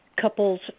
couples